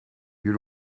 you